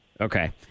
Okay